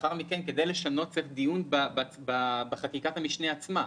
לאחר מכן כדי לשנות צריך דיון בחקיקת המשנה עצמה.